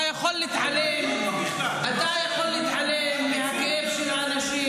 אתה יכול להתעלם מהכאב של האנשים,